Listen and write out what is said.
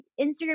Instagram